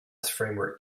framework